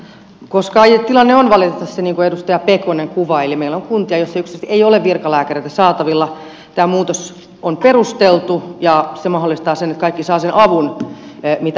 koska tilanne on valitettavasti niin kuin edustaja pekonen kuvaili meillä on kuntia joissa yksinkertaisesti ei ole virkalääkäreitä saatavilla tämä muutos on perusteltu ja se mahdollistaa sen että kaikki saavat sen avun mitä he tarvitsevat